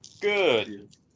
Good